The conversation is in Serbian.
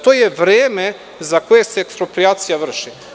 To je vreme za koje se eksproprijacija vrši.